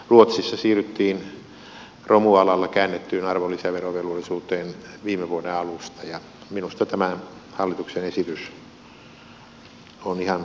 ruotsissa siirryttiin romualalla käännettyyn arvonlisäverovelvollisuuteen viime vuoden alusta ja minusta tämä hallituksen esitys on ihan kannatettava ja hyvä